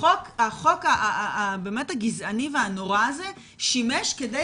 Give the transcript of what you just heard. החוק באמת הגזעני והנורא הזה שימש כדי